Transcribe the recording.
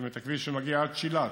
את הכביש שמגיע עד שילת.